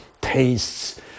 tastes